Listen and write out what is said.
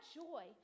joy